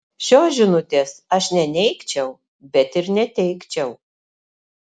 šios žinutės aš neneigčiau bet ir neteigčiau